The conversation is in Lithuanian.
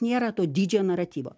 nėra to didžiojo naratyvo